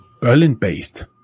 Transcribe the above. Berlin-based